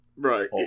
Right